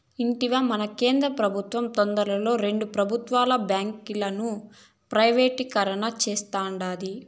ఇంటివా, మన కేంద్ర పెబుత్వం తొందరలో రెండు పెబుత్వ బాంకీలను ప్రైవేటీకరణ సేస్తాండాది